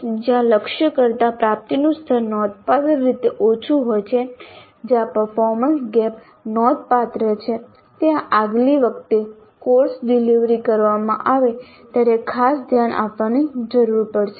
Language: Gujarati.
COs જ્યાં લક્ષ્ય કરતાં પ્રાપ્તિનું સ્તર નોંધપાત્ર રીતે ઓછું હોય છે જ્યાં પરફોર્મન્સ ગેપ નોંધપાત્ર છે ત્યાં આગલી વખતે કોર્સ ડિલિવર કરવામાં આવે ત્યારે ખાસ ધ્યાન આપવાની જરૂર પડશે